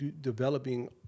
developing